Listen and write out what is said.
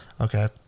Okay